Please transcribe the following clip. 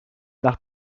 nach